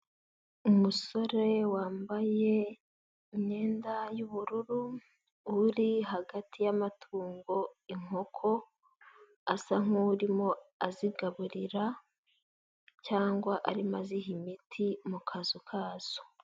Umusore wambaye imyenda y'ubururu, uri hagati yamatungo, inkoko asa nk'urimo azigaburira cyangwa arimo ziha imiti mu kazu kazo.